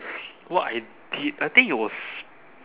what I did I think it was